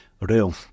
real